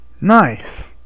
Nice